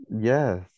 Yes